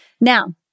Now